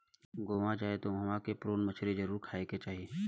गोवा जाए त उहवा के प्रोन मछरी जरुर खाए के चाही